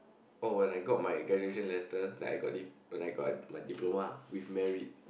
oh when I got my graduation letter that I got when I got my diploma with merit